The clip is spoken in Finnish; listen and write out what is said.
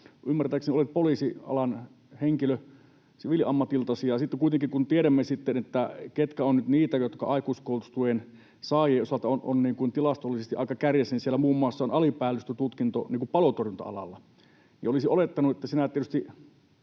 ymmärtääkseni olet poliisialan henkilö siviiliammatiltasi, niin sitten kuitenkin, kun tiedämme, ketkä ovat nyt niitä, jotka aikuiskoulutustuen saajien osalta ovat tilastollisesti aika kärjessä, siellä muun muassa on alipäällystötutkinto palotorjunta-alalla. Olisi olettanut, että sinä tämmöisenä